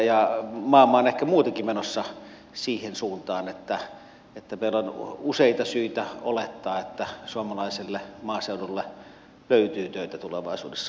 maailma on ehkä muutenkin menossa siihen suuntaan että meillä on useita syitä olettaa että suomalaisille maaseudulle löytyy töitä tulevaisuudessa